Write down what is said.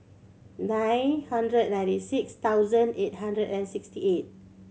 nine hundred ninety six thousand eight hundred and sixty eight